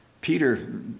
Peter